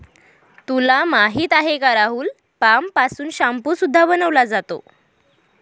तुला माहिती आहे का राहुल? पाम पासून शाम्पू सुद्धा बनवला जातो